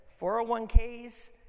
401ks